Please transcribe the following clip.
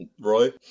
roy